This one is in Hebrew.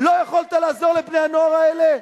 לא יכולת לעזור לבני-הנוער האלה?